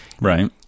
right